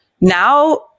Now